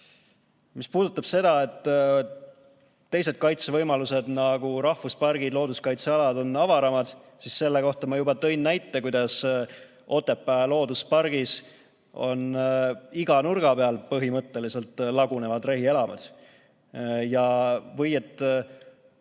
puudutab seda, et teised kaitsevõimalused, nagu rahvuspargid ja looduskaitsealad, on avaramad, siis selle kohta ma juba tõin näite, kuidas Otepää looduspargis on iga nurga peal põhimõtteliselt lagunevad rehielamud. Kui